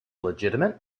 legitimate